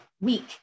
week